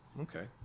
okay